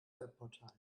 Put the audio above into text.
webportal